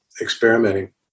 experimenting